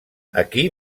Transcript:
aquí